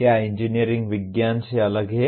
क्या इंजीनियरिंग विज्ञान से अलग है